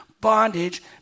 bondage